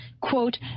Quote